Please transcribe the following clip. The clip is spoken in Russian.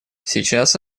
сейчас